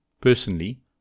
Personally